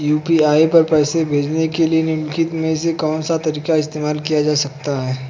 UPI पर पैसे भेजने के लिए निम्नलिखित में से कौन सा तरीका इस्तेमाल किया जा सकता है?